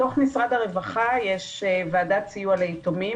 בתוך משרד הרווחה יש ועדת סיוע ליתומים